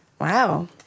Wow